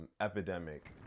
epidemic